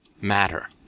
matter